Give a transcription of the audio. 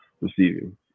receiving